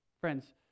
Friends